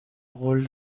قول